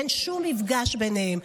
ואין שום מפגש ביניהם.